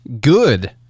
Good